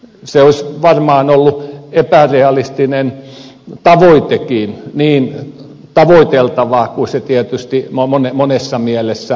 se olisi varmaan ollut epärealistinen tavoitekin niin tavoiteltavaa kuin se tietysti monessa mielessä olisikin